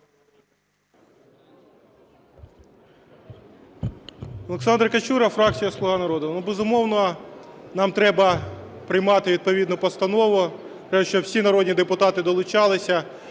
Олександр Качура, фракція "Слуга народу". Безумовно, нам треба приймати відповідну постанову. Треба, щоб всі народні депутати долучалися.